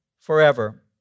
forever